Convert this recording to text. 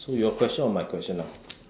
so your question or my question now